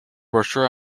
brochure